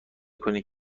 کنی